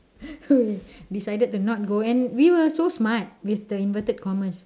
we decided to not go and we were so smart with the inverted commas